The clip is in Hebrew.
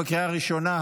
בקריאה הראשונה.